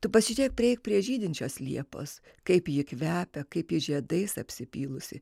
tu pasižiūrėk prieik prie žydinčios liepos kaip ji kvepia kaip žiedais apsipylusi